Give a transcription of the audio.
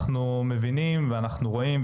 אנחנו מבינים ואנחנו רואים,